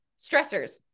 stressors